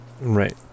Right